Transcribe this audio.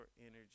energy